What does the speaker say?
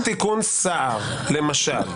האם תיקון סער למשל,